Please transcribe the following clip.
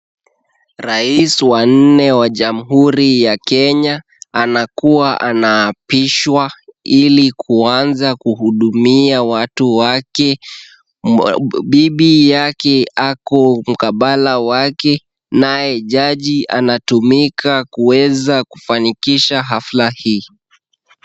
Rais wa nne wa jamhuri ya Kenya, anakuwa anaapishwa ili kuanza kuhudumia watu wake. Bibi yake ako mkabala wake naye jaji anatumika kuweza kufanikisha hafla hii.